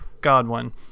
Godwin